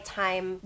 time